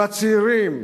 בצעירים,